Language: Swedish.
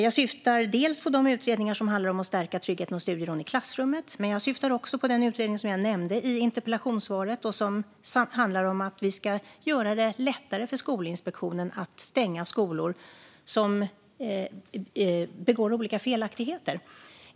Jag syftar dels på de utredningar som handlar om att stärka tryggheten och studieron i klassrummet, dels på den utredning jag nämnde i interpellationssvaret, som handlar om att vi ska göra det lättare för Skolinspektionen att stänga skolor som begår olika felaktigheter.